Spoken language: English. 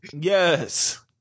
Yes